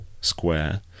square